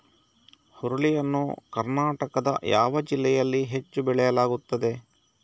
ಹುರುಳಿ ಯನ್ನು ಕರ್ನಾಟಕದ ಯಾವ ಜಿಲ್ಲೆಯಲ್ಲಿ ಹೆಚ್ಚು ಬೆಳೆಯಲಾಗುತ್ತದೆ?